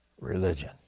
religion